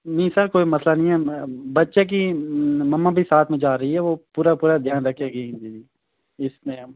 نہیں سر کوئی مسئلہ نہیں ہے بچے کی مما بھی ساتھ میں جا رہی ہے وہ پورا پورا دھیان رکھے گی جی اس